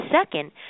second